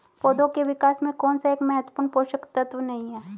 पौधों के विकास में कौन सा एक महत्वपूर्ण पोषक तत्व नहीं है?